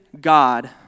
God